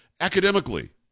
academically